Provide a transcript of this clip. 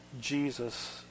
Jesus